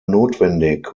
notwendig